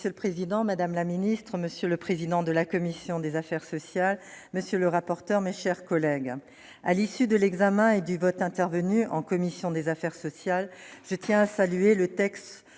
Monsieur le président, madame la secrétaire d'État, monsieur le président de la commission des affaires sociales, monsieur le rapporteur, mes chers collègues, à l'issue de l'examen et du vote intervenus en commission des affaires sociales, je tiens à saluer le texte